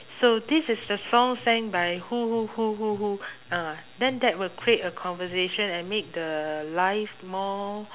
so this is the song sang by who who who who who uh then that will create a conversation and make the life more